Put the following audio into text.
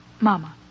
Mama